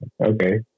Okay